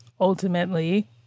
ultimately